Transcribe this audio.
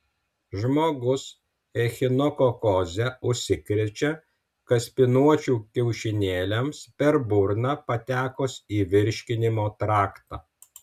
žmogus echinokokoze užsikrečia kaspinuočių kiaušinėliams per burną patekus į virškinimo traktą